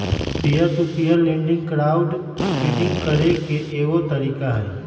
peer to peer lending crowdfunding करे के एगो तरीका हई